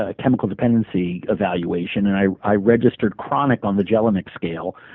ah chemical dependency evaluation. and i i registered chronic on the jellinek scale.